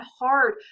hard